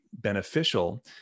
beneficial